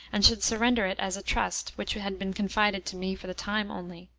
and should surrender it as a trust which had been confided to me for the time only.